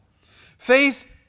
Faith